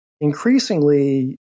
increasingly